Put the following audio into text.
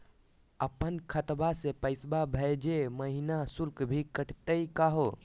अपन खतवा से पैसवा भेजै महिना शुल्क भी कटतही का हो?